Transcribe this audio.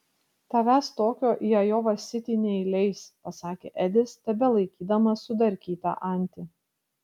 tavęs tokio į ajova sitį neįleis pasakė edis tebelaikydamas sudarkytą antį